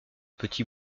petit